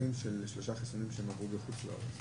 המסמכים של השלושה חיסונים שאנשים עברו בחוץ לארץ.